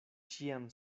ĉiam